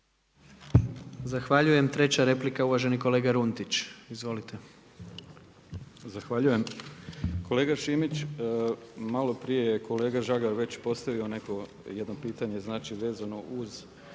Zahvaljujem treća replika uvaženi kolega Runtić. Izvolite. **Runtić, Hrvoje (MOST)** Zahvaljujem. Kolega Šimić, malo prije je kolega Žagar već postavio jedno pitanje znači vezano uz